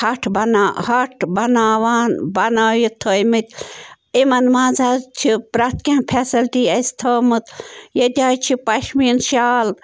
ہَٹھ بنا بَٹھ بناوان بنٲیِتھ تھٲیِمٕتۍ یِمَن منٛز حظ چھِ پرٮ۪تھ کیٚنٛہہ فیسلٹی اَسہِ تھٲومٕژ ییٚتہِ حظ چھِ پشمیٖن شال